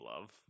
love